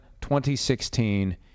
2016